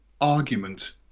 argument